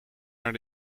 naar